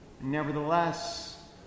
Nevertheless